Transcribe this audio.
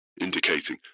indicating